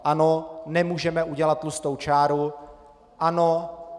Ano, nemůžeme udělat tlustou čáru, ano.